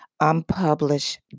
Unpublished